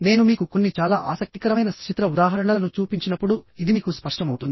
నేను మీకు కొన్ని చాలా ఆసక్తికరమైన సచిత్ర ఉదాహరణలను చూపించినప్పుడు ఇది మీకు స్పష్టమవుతుంది